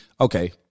okay